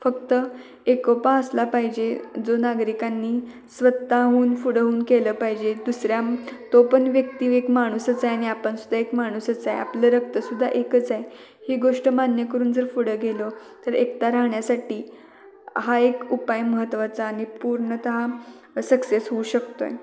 फक्त एकोपा असला पाहिजे जो नागरिकांनी स्वतःहून पुढं होऊन केलं पाहिजे दुसऱ्या तो पण व्यक्ती एक माणूसच आहे आणि आपणसुद्धा एक माणूसच आहे आपलं रक्तसुद्धा एकच आहे ही गोष्ट मान्य करून जर पुढं गेलो तर एकता राहण्यासाठी हा एक उपाय महत्वाचा आणि पूर्णतः सक्सेस होऊ शकतो आहे